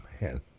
Man